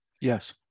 Yes